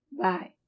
Bye